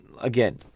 again